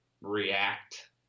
react